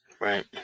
right